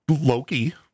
Loki